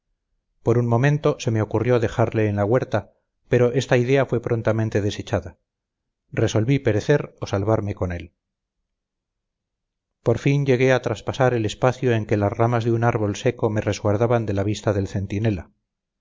por un momento se me ocurrió dejarle en la huerta pero esta idea fue prontamente desechada resolví perecer o salvarme con él por fin llegué a traspasar el espacio en que las ramas de un árbol seco me resguardaban de la vista del centinela